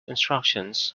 instructions